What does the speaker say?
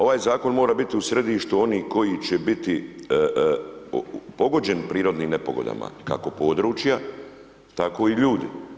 Ovaj zakon mora biti u središtu onih koji će biti pogođeni prirodnim nepogodama kako područja, tako i ljudi.